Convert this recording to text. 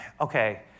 Okay